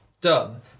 done